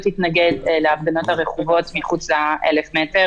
התנגד להפגנות הרכובות מחוץ ל-1,000 מטר